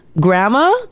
grandma